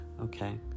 Okay